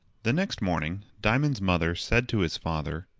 the next morning, diamond's mother said to his father,